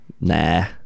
Nah